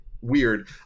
weird